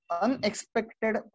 unexpected